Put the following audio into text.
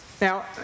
Now